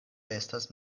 estas